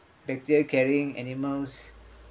bacteria carrying animals